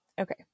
okay